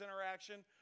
interaction